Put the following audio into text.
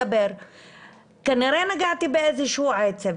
כנראה נגעתי באיזשהו עצב.